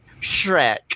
Shrek